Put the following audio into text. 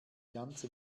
ganze